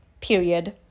period